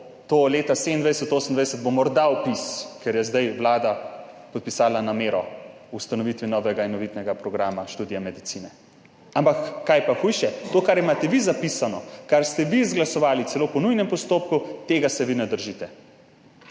to leta 2027/2028 bo morda vpis, ker je zdaj Vlada podpisala namero ustanovitvi novega enovitnega programa študija medicine, Ampak kaj je pa hujše? To, kar imate vi zapisano, kar ste vi izglasovali celo po nujnem postopku, tega se vi ne držite.